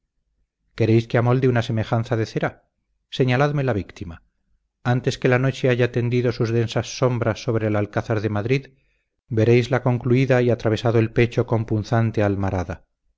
queréis que amolde una semejanza de cera señaladme la víctima antes que la noche haya tendido sus densas sombras sobre el alcázar de madrid veréisla concluida y atravesado el pecho con punzante almarada